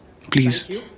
Please